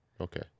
Okay